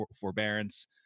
forbearance